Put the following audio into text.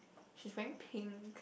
she's wearing pink